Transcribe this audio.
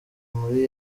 muri